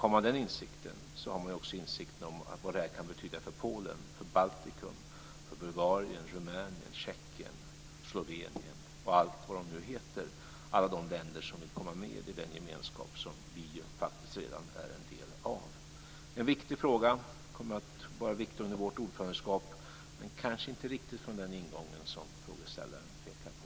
Har man den insikten har man också insikten om vad det kan betyda för Polen, Baltikum, Bulgarien, Rumänien, Tjeckien, Slovenien och allt vad de nu heter, alla de länder som vill komma med i den gemenskap som vi faktiskt redan är en del av. Det är en viktig fråga som kommer att vara viktig under vårt ordförandeskap, men kanske inte riktigt från den ingången som frågeställaren pekar på.